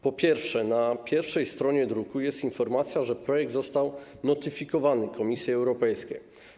Po pierwsze, na pierwszej stronie druku jest informacja, że projekt został notyfikowany Komisji Europejskiej.